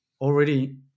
already